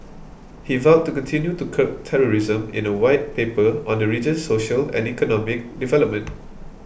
he vowed to continue to curb terrorism in a White Paper on the region's social and economic development